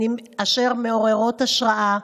אשר מעוררות השראה.